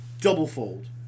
double-fold